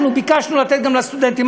אנחנו ביקשנו לתת גם לסטודנטים.